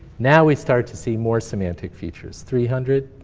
now we start to see more semantic features. three hundred,